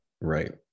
right